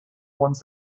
ones